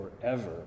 forever